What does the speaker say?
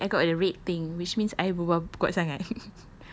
oh no I I got a red thing which means I berbual kuat sangat